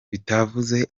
bitavuze